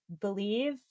believe